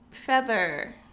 Feather